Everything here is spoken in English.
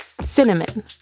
Cinnamon